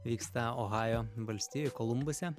vyksta ohajo valstijoj kolumbuose